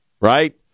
right